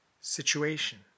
situation